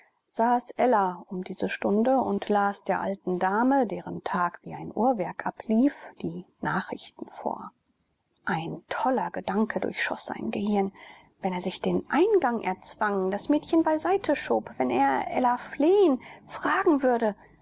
saß ella um diese stunde und las der alten dame deren tag wie ein uhrwerk ablief die nachrichten vor ein toller gedanke durchschoß sein gehirn wenn er sich den eingang erzwang das mädchen beiseite schob wenn er ella flehen fragen würde